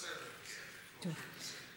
בסדר, בסדר.